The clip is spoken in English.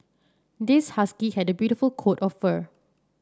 this husky had beautiful coat of fur